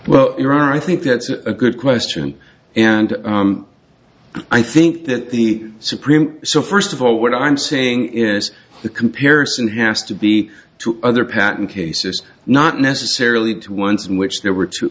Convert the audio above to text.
iran i think that's a good question and i think that the supreme so first of all what i'm saying is the comparison has to be two other patent cases not necessarily two once in which there were two